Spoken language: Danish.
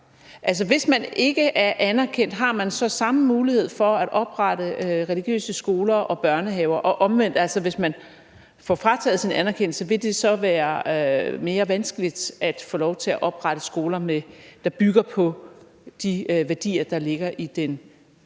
hvis man ikke er anerkendt, har man så samme mulighed for at oprette religiøse skoler og børnehaver, og omvendt, altså hvis man får frataget sin anerkendelse, vil det så være mere vanskeligt at få lov til at oprette skoler, der bygger på de værdier, der ligger i den